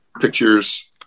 pictures